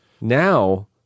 Now